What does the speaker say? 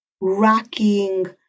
rocking